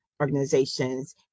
organizations